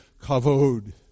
kavod